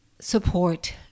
support